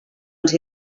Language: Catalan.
els